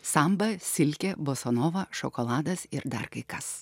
samba silkė bosanova šokoladas ir dar kai kas